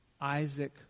Isaac